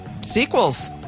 sequels